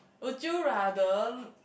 would you rather